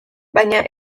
baina